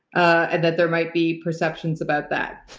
and that there might be perceptions about that.